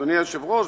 אדוני היושב-ראש,